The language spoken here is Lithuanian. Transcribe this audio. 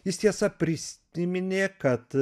jis tiesa prisiminė kad